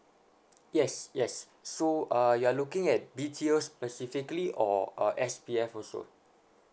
yes yes so uh you are looking at B_T_O specifically or uh S_P_F also